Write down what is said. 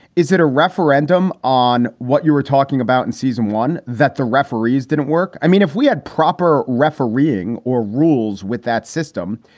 is it a referendum on what you were talking about in season one that the referees didn't work? i mean, if we had proper refereeing or rules with that system,